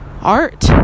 art